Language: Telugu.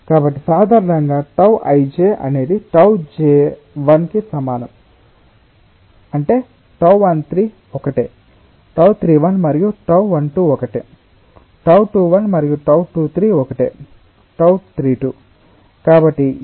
కాబట్టి సాధారణంగా tau i j అనేది tau j i కి సమానం అంటే τ13 ఒకటే τ31 మరియు τ12 ఒకటే τ21 మరియు τ23 ఒకటే τ32